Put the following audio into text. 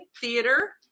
theater